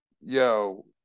yo